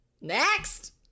Next